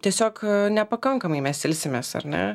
tiesiog nepakankamai mes ilsimės ar ne